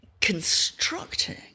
constructing